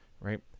right